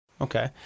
Okay